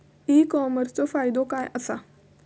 E कॉमर्सचो फायदो काय असा?